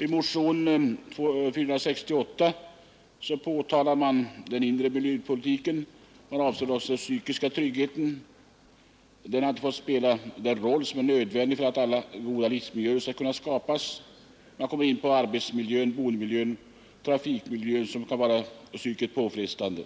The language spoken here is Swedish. I motionen 468 påtalar man att den inre miljöpolitiken — som avser den psykiska tryggheten — hittills inte fått spela den roll som är nödvändig för att goda livsmiljöer skall kunna skapas. Man kommer in på arbetsmiljön, boendemiljön och trafikmiljön, som kan vara psykiskt påfrestande.